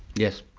yes.